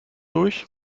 durch